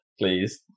please